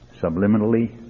subliminally